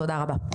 תודה רבה.